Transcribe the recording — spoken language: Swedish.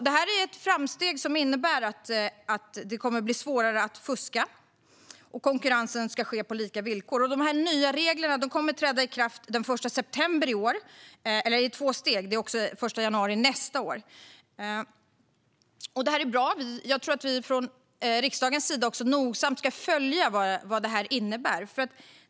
Detta är ett framsteg som innebär att det kommer att bli svårare att fuska och att konkurrensen kan ske på lika villkor. De nya reglerna träder i kraft i två steg: den 1 september i år och den 1 januari nästa år. Detta är bra. Jag tror att vi från riksdagens sida nogsamt ska följa vad det innebär.